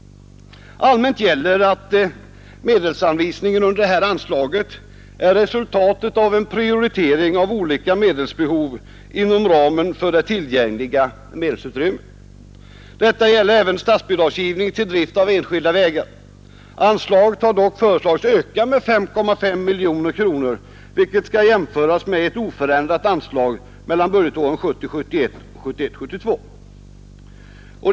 Allmänt gäller att medelsanvisningen under denna punkt är resultatet av en prioritering av olika medelsbehov inom ramen för det tillgängliga medelsutrymmet. Detta gäller även statsbidragsgivning till drift av enskilda vägar. Anslaget har dock föreslagits öka med 5,5 miljoner kronor, vilket skall jämföras med ett oförändrat anslag mellan budgetåren 1970 72.